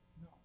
No